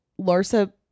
Larsa